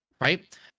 right